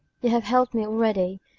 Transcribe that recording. you have helped me already.